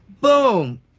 Boom